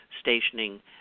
stationing